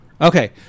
Okay